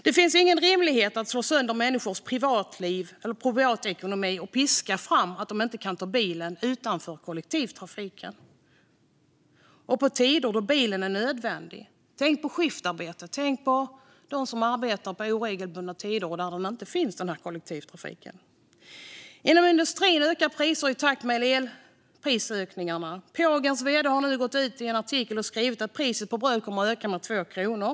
Det finns ingen rimlighet i att slå sönder människors privatliv och privatekonomi och piska fram att de inte kan ta bilen utanför kollektivtrafiken och på tider då bilen är nödvändig. Tänk på skiftarbete! Tänk på dem som arbetar på oregelbundna tider och där det inte finns någon kollektivtrafik! Inom industrin ökar priserna i takt med elprisökningarna. Pågens vd har nu gått ut i en artikel och skrivit att priset på bröd kommer att öka med 2 kronor.